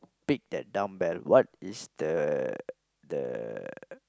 pick that dumbbell what is the the